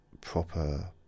proper